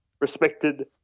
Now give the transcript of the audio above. respected